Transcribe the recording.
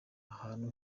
ahantu